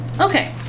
okay